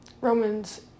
Romans